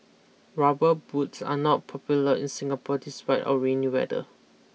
rubber boots are not popular in Singapore despite our rainy weather